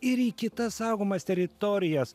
ir į kitas saugomas teritorijas